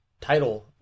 title